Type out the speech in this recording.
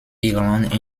irland